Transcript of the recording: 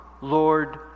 Lord